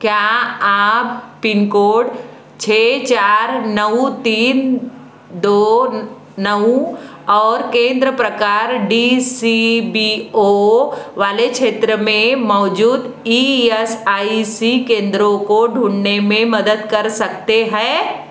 क्या आप pin code छः चार नौ तीन दो नौ और केंद्र प्रकार डी सी बी ओ वाले क्षेत्र में मौजूद ई एस आई सी केंद्रों को ढूंढने में मदद कर सकते हैं